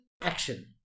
action